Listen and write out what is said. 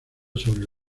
sobre